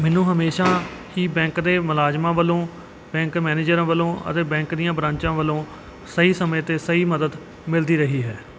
ਮੈਨੂੰ ਹਮੇਸ਼ਾ ਹੀ ਬੈਂਕ ਦੇ ਮੁਲਾਜ਼ਮਾਂ ਵੱਲੋਂ ਬੈਂਕ ਮੈਨੇਜਰਾਂ ਵੱਲੋਂ ਅਤੇ ਬੈਂਕ ਦੀਆਂ ਬਰਾਂਚਾਂ ਵੱਲੋਂ ਸਹੀ ਸਮੇਂ 'ਤੇ ਸਹੀ ਮਦਦ ਮਿਲਦੀ ਰਹੀ ਹੈ